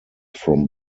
from